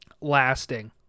lasting